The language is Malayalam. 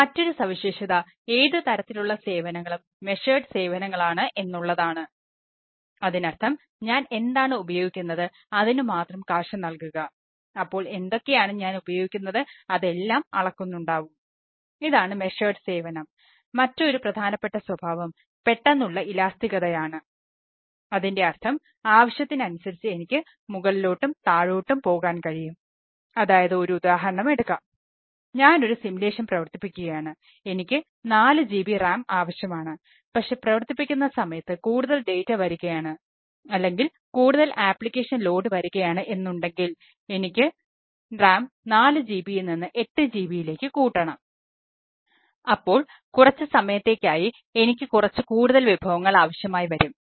മറ്റൊരു സവിശേഷത ഏതു തരത്തിലുള്ള സേവനങ്ങളും മെഷർഡ് വരികയാണ് എന്നുണ്ടെങ്കിൽ എനിക്ക് RAM 4 GB യിൽ നിന്ന് 8 GB യിലേക്ക് കൂട്ടണം അപ്പോൾ കുറച്ച് സമയത്തേക്ക് ആയി എനിക്ക് കുറച്ചു കൂടുതൽ വിഭവങ്ങൾ ആവശ്യമായിവരും